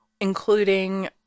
including